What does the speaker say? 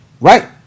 Right